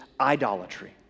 idolatry